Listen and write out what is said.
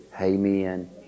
amen